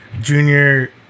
junior